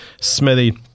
Smithy